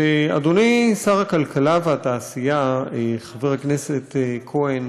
אדוני שר הכלכלה והתעשייה, חבר הכנסת כהן,